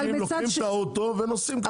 אנשים לוקחים את האוטו ונוסעים קצת.